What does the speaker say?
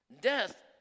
Death